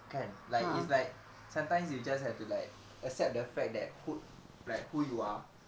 kan like it's like sometimes you just have to like accept the fact that who like who you are